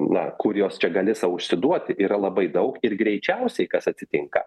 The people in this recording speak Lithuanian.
na kur juos čia gali sau užsiduoti yra labai daug ir greičiausiai kas atsitinka